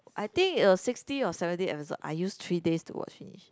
I think uh sixty or seventy episode I use three days to watch finish